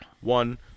One